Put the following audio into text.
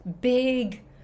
big